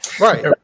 Right